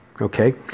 Okay